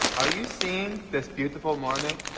are you seeing this beautiful morning.